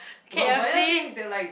no but then the thing is that like